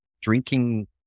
drinking